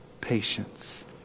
Patience